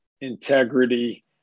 integrity